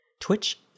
Twitch